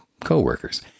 co-workers